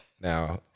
Now